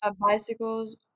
bicycles